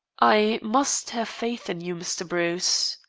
i must have faith in you, mr. bruce.